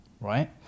right